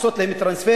לעשות להם טרנספר?